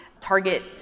target